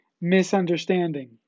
Misunderstanding